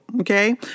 okay